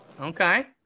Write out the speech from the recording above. okay